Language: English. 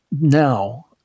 now